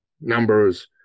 numbers